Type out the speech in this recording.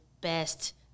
best